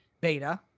beta